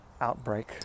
outbreak